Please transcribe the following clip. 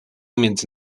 między